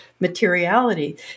materiality